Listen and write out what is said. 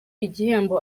igihembo